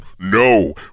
No